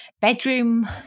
bedroom